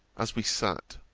as we sat,